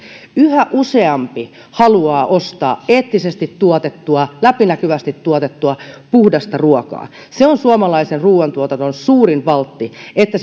yhä useampi haluaa ostaa eettisestä tuotettua läpinäkyvästi tuotettua puhdasta ruokaa se on suomalaisen ruuantuotannon suurin valtti että